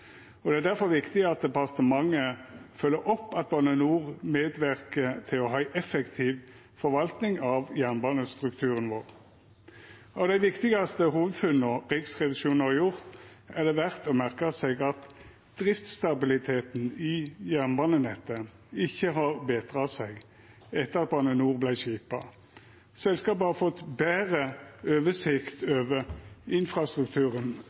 og det er derfor viktig at departementet følgjer opp at Bane NOR medverkar til at me har ei effektiv forvalting av jernbanestrukturen vår. Av dei viktigaste hovudfunna Riksrevisjonen har gjort, er det verdt å merka seg at driftsstabiliteten i jernbanenettet ikkje har betra seg etter at Bane NOR vart skipa. Selskapet har fått betre oversikt over infrastrukturen,